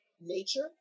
nature